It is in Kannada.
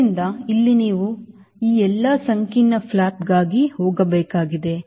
ಆದ್ದರಿಂದ ಅಲ್ಲಿ ನೀವು ಈ ಎಲ್ಲಾ ಸಂಕೀರ್ಣ ಫ್ಲಾಪ್ಗಾಗಿ ಹೋಗಬೇಕಾಗಿದೆ